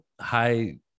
high